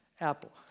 apple